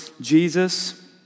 Jesus